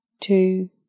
two